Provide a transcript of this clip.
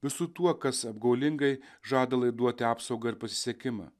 visu tuo kas apgaulingai žada laiduoti apsaugą ir pasisekimą